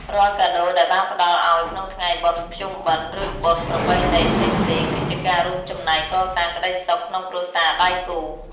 រាល់កាដូដែលបានផ្ដល់ឱ្យក្នុងថ្ងៃបុណ្យភ្ជុំបិណ្ឌ ឬបុណ្យប្រពៃណីផ្សេងៗ គឺជាការរួមចំណែកកសាងក្ដីសុខក្នុងគ្រួសារដៃគូ។